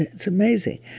and it's amazing.